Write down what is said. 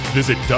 Visit